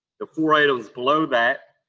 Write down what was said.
the four items below that,